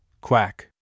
Quack